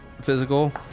physical